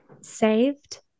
saved